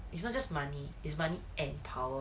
it's not just money is money and power